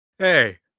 Hey